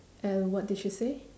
and what did she say